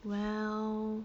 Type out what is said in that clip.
well